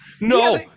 no